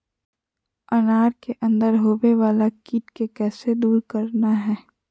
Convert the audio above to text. अनार के अंदर होवे वाला कीट के कैसे दूर करना है?